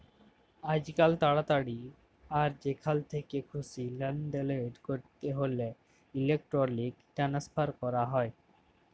আইজকাল তাড়াতাড়ি আর যেখাল থ্যাকে খুশি লেলদেল ক্যরতে হ্যলে ইলেকটরলিক টেনেসফার ক্যরা হয়